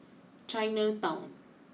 Chinatown